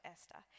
Esther